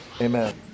Amen